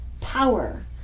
power